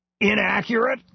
Inaccurate